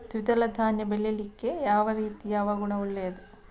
ದ್ವಿದಳ ಧಾನ್ಯ ಬೆಳೀಲಿಕ್ಕೆ ಯಾವ ರೀತಿಯ ಹವಾಗುಣ ಒಳ್ಳೆದು?